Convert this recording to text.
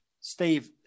Steve